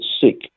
sick